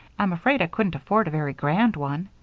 i'm afraid i couldn't afford a very grand one.